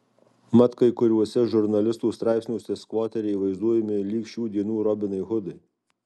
mat kai kuriuose žurnalistų straipsniuose skvoteriai vaizduojami lyg šių dienų robinai hudai